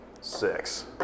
Six